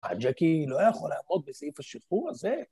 הג'קי לא יכול לערוק בסעיף השחרור הזה.